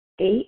Eight